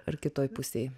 ar kitoj pusėj